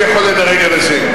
רק הוא יכול לדרג אנשים.